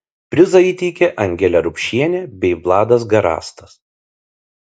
prizą įteikė angelė rupšienė bei vladas garastas